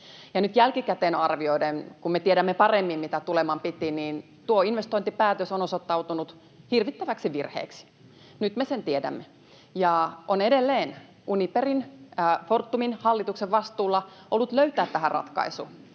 nyt jälkikäteen arvioiden, kun me tiedämme paremmin, mitä tuleman piti, tuo investointipäätös on osoittautunut hirvittäväksi virheeksi, nyt me sen tiedämme. On edelleen Fortumin hallituksen vastuulla ollut löytää tähän ratkaisu,